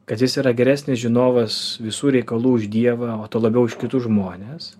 kad jis yra geresnis žinovas visų reikalų už dievą o tuo labiau už kitus žmones